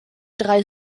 drei